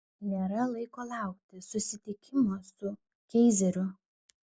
nėra laiko laukti susitikimo su keizeriu